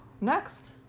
next